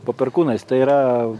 po perkūnais tai yra